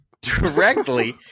directly